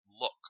look